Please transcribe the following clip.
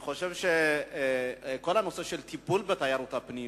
אני חושב שכל הנושא של טיפול בתיירות הפנים,